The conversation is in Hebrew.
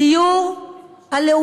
חוק הדיור הלאומי,